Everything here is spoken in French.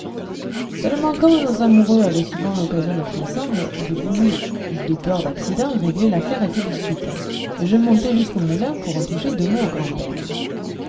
nos amoureux avaient souvent occasion d'être ensemble je voulus de peur d'accidents régler l'affaire tout de suite et je montai jusqu'au moulin pour en toucher deux mots au grand-père